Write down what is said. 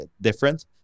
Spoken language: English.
different